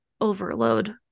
overload